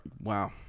Wow